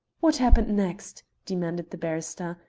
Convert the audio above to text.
what happened next? demanded the barrister.